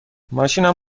ماشینم